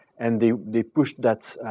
and they they pushed that